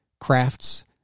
crafts